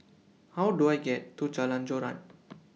How Do I get to Jalan Joran